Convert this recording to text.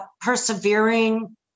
persevering